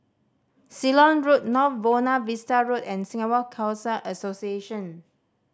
Ceylon Road North Buona Vista Road and Singapore Khalsa Association